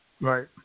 Right